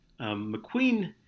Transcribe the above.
McQueen